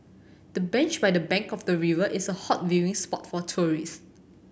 the bench by the bank of the river is a hot viewing spot for tourists